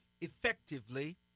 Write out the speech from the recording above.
effectively